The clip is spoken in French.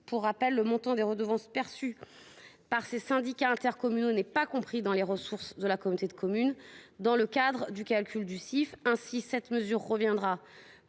Pour rappel, le montant des redevances perçues par les syndicats intercommunaux n’est pas compris dans les ressources de la communauté de communes dans le cadre du calcul du CIF. Ainsi, pour les